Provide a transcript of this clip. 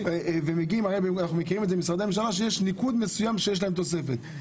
אנחנו מכירים ממשרדי הממשלה שיש ניקוד מסוים שיש להם תוספת.